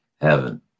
heaven